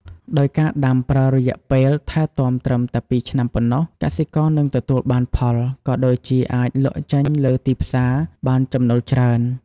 ដោយការដាំប្រើរយៈពេលថែទាំត្រឹមតែពីរឆ្នាំប៉ុណ្ណោះ កសិករនឹងទទួលបានផល ក៏ដូចជាអាចលក់ចេញលើទីផ្សាបានចំណូលច្រើន។